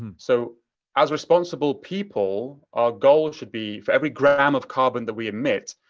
so as responsible people, our goal should be for every gram of carbon that we emit,